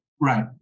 right